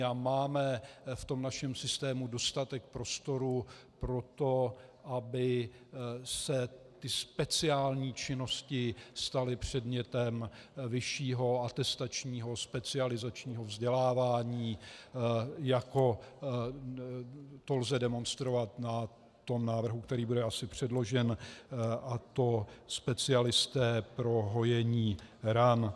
A máme v tom našem systému dostatek prostoru pro to, aby se ty speciální činnosti staly předmětem vyššího atestačního specializačního vzdělávání, jako to lze demonstrovat na tom návrhu, který asi bude předložen, a to specialisté pro hojení ran.